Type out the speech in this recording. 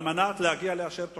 על מנת להגיע לאשר תוכניות.